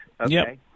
Okay